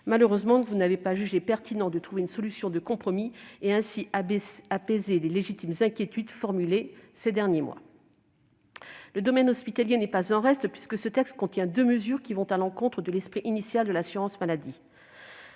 Malheureusement, vous n'avez pas jugé pertinent de trouver une solution de compromis et ainsi d'apaiser les légitimes inquiétudes formulées ces derniers mois. Le domaine hospitalier n'est pas en reste, puisque ce texte contient deux mesures qui vont à l'encontre de l'esprit initial de l'assurance maladie